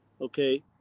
Okay